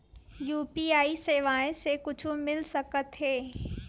UPI सेवाएं से कुछु मिल सकत हे?